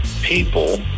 people